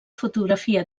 fotografia